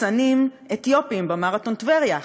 אצנים אתיופים במרתון טבריה,